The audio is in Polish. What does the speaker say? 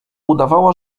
udawała